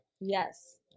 Yes